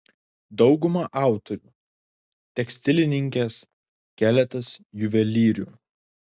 dauguma autorių tekstilininkės keletas juvelyrių